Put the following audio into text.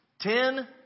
Ten